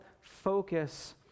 focus